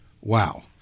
Wow